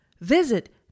Visit